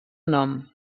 nom